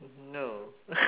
no